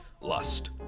Lust